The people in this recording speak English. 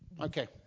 Okay